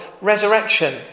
resurrection